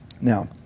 Now